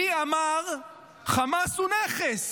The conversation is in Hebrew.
מי אמר "חמאס הוא נכס"?